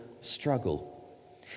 struggle